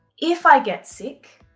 if i get sick,